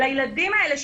לילדים האלה,